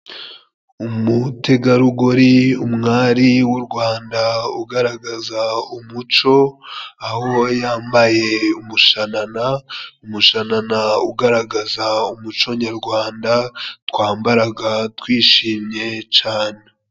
Umutegarugori umwari w'u Rwanda ugaragaza umuco aho yambaye umushanana. Umushanana ugaragaza umuco nyarwanda twambaraga twishimye cane.